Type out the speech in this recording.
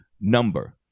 number